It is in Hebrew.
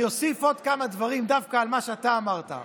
אני אוסיף עוד כמה דברים, דווקא על מה שאתה אמרת,